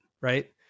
right